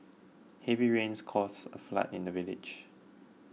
heavy rains caused a flood in the village